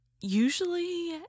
usually